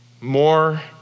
more